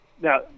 Now